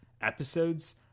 episodes